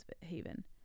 haven